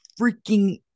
freaking